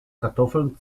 kartoffeln